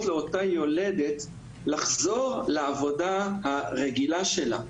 לאותה יולדת לחזור לעבודה הרגילה שלה.